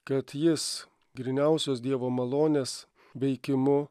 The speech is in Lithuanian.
kad jis gryniausios dievo malonės veikimu